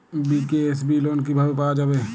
BKSB loan কিভাবে পাওয়া যাবে?